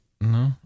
No